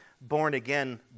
born-again